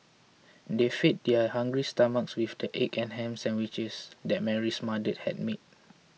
they fed their hungry stomachs with the egg and ham sandwiches that Mary's mother had made